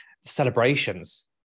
celebrations